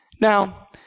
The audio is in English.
Now